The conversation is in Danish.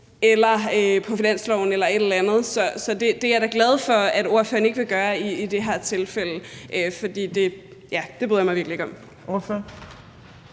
eller på finansloven eller et andet sted. Så jeg er da glad for, at ordføreren ikke vil gøre det i det her tilfælde, for det bryder jeg mig virkelig ikke om.